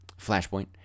Flashpoint